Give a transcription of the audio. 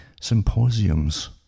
symposiums